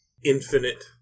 Infinite